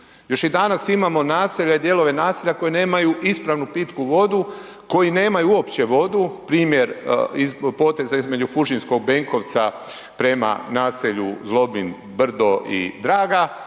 još i danas imamo naselja i dijelove naselja koja nemaju ispravnu pitku vodu, koji nemaju uopće vodu. Primjer od poteza između Fužinskog Benkovca prema naselju Zlobin Brdo i Draga